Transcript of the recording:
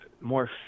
more